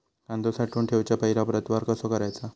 कांदो साठवून ठेवुच्या पहिला प्रतवार कसो करायचा?